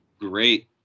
Great